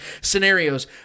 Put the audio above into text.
scenarios